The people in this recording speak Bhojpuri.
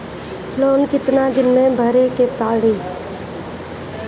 लोन कितना दिन मे भरे के पड़ी?